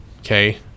okay